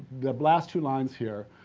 the last two lines here,